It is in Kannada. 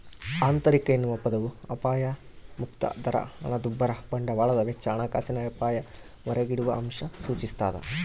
ಆಂತರಿಕ ಎನ್ನುವ ಪದವು ಅಪಾಯಮುಕ್ತ ದರ ಹಣದುಬ್ಬರ ಬಂಡವಾಳದ ವೆಚ್ಚ ಹಣಕಾಸಿನ ಅಪಾಯ ಹೊರಗಿಡುವಅಂಶ ಸೂಚಿಸ್ತಾದ